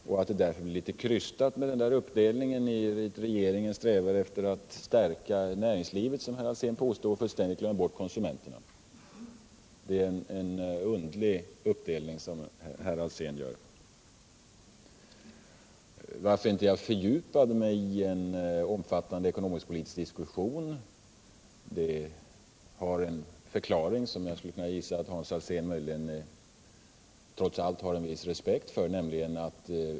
Det blir därför litet krystat med uppdelningen att regeringen strävar efter att stärka näringslivet och fullständigt glömmer bort konsumenterna, som herr Alsén påstår. Att jag inte fördjupade mig i en omfattande ekonomisk-politisk diskussion haren förklaring som jag tror att Hans Alsén har viss respekt för.